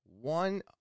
one